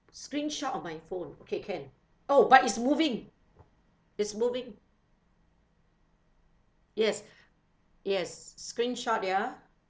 screenshot of my phone okay can oh but it's moving it's moving yes yes screenshot ya